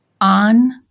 on